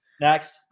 Next